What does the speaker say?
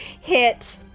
hit